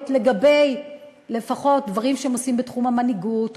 לפחות לגבי דברים שהם עושים בתחום המנהיגות,